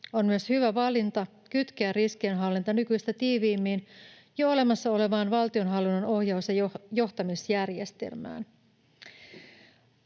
On myös hyvä valinta kytkeä riskienhallinta nykyistä tiiviimmin jo olemassa olevaan valtionhallinnon ohjaus- ja johtamisjärjestelmään.